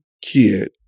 kid